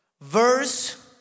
verse